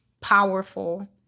powerful